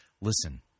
listen